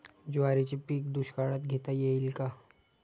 ज्वारीचे पीक दुष्काळात घेता येईल का?